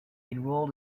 enrolled